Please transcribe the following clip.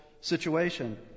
situation